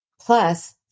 plus